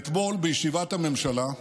אתמול בישיבת הממשלה,